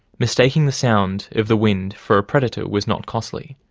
mistaking the sound of the wind for a predator was not costly,